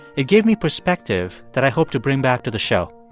it gave me perspective that i hope to bring back to the show.